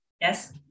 Yes